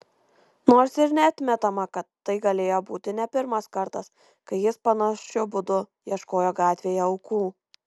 nors ir neatmetama kad tai galėjo būti ne pirmas kartas kai jis panašiu būdu ieškojo gatvėje aukų